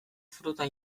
fruta